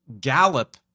gallop